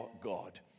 God